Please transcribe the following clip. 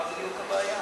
מה בדיוק הבעיה?